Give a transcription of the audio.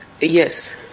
Yes